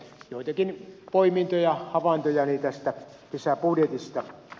joitakin poimintoja havaintojani tästä lisäbudjetista